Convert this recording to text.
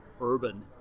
urban